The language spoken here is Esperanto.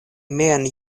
mian